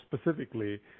specifically